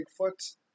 Bigfoot